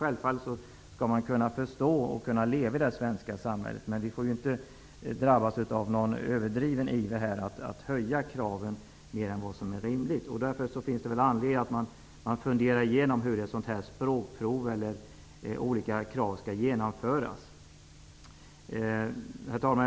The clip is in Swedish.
Man skall självfallet kunna leva i det svenska samhället, men vi får inte drabbas av någon överdriven iver att höja kraven mer än vad som är rimligt. Därför finns det anledning att fundera igenom hur ett språkprov skall genomföras. Herr talman!